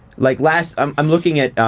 like last i'm i'm looking at,